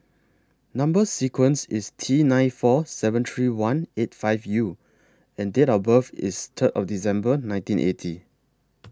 Number sequence IS T nine four seven three one eight five U and Date of birth IS Third of December nineteen eighty